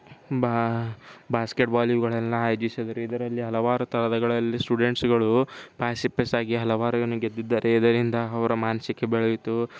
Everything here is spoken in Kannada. ಬಾಸ್ಕೆಟ್ ಬಾಲ್ ಇವುಗಳೆಲ್ಲ ಆಯೋಜಿಸಿದರು ಇದರಲ್ಲಿ ಹಲವಾರು ಥರಗಳಲ್ಲಿ ಸ್ಟೂಡೆಂಟ್ಸ್ಗಳು ಪಾರ್ಸಿಪೆಸ್ಸಾಗಿ ಹಲವಾರು ಜನ ಗೆದ್ದಿದ್ದಾರೆ ಇದರಿಂದ ಅವರ ಮಾನಸಿಕ ಬೆಳೆಯಿತು